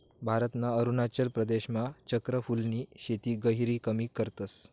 भारतना अरुणाचल प्रदेशमा चक्र फूलनी शेती गहिरी कमी करतस